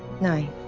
Nine